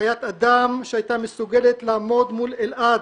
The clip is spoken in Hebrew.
חיית אדם שהייתה מסוגלת לעמוד מול אלעד,